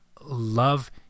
Love